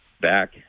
back